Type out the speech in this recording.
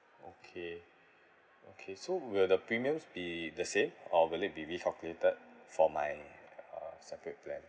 okay okay so will the premiums be the same or will it be recalculated for my uh separate plan